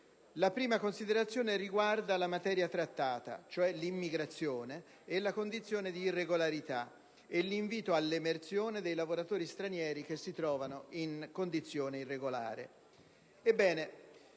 La prima riguarda la materia trattata - cioè l'immigrazione e la condizione di irregolarità - e l'invito all'emersione dei lavoratori stranieri che si trovano in condizione irregolare.